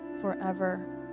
forever